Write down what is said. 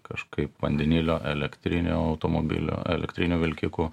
kažkaip vandenilio elektrinio automobilio elektrinių vilkikų